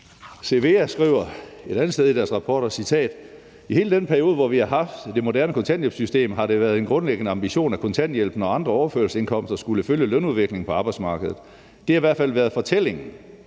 Cevea skriver et andet sted i deres rapport, og jeg